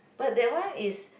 but that one is